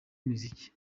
imiziki